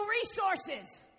resources